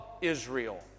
Israel